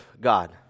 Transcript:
God